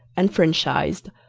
enfranchised,